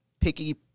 picky